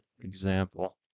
example